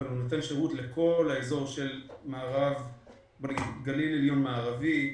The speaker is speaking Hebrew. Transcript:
אבל הוא נותן שירות לכל האזור של גליל עליון מערבי,